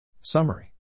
Summary